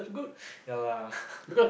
ya lah